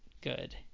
good